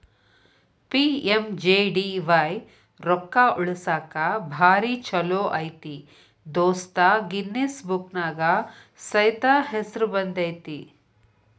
PMJDY ರೊಕ್ಕಾ ಉಳಸಾಕ ಭಾರಿ ಛೋಲೋ ಐತಿ ದೋಸ್ತ ಗಿನ್ನಿಸ್ ಬುಕ್ನ್ಯಾಗ ಸೈತ ಹೆಸರು ಬಂದೈತಿ